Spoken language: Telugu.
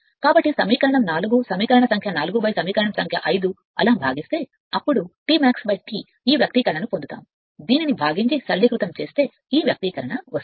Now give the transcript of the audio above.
కాబట్టి సమీకరణం 4 సమీకరణ సంఖ్య 4 సమీకరణం 5 అలా విభజన చేస్తే అప్పుడు T max T fl ఈ వ్యక్తీకరణను పొందుతుంది విభజించి సరళీకృతం చేస్తే ఈ వ్యక్తీకరణ సరైనది అవుతుంది